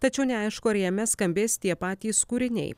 tačiau neaišku ar jame skambės tie patys kūriniai